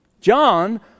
John